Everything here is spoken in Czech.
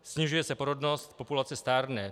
Snižuje se porodnost, populace stárne.